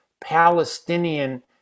Palestinian